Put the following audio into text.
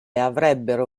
avrebbero